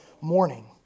morning